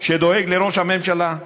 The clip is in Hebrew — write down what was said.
שדואג לראש הממשלה,